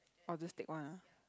I'll just take one ah